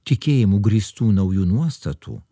tikėjimu grįstų naujų nuostatų